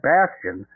Bastion